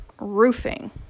roofing